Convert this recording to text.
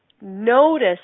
notice